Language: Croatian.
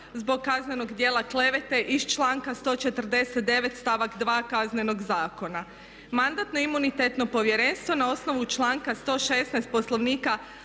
zbog kaznenog djela klevete iz članka 149.st.2 Kaznenog zakona. Mandatno-imunitetno povjerenstvo na osnovu članka 116. Poslovnika